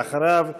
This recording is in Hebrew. ואחריו,